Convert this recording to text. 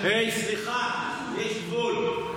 סליחה, יש גבול.